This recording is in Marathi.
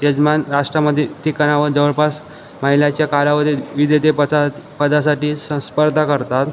यजमान राष्ट्रामध्ये ठिकाणावर जवळपास महिन्याच्या कालावधीत विजेते पसाद पदासाठी सं स्पर्धा करतात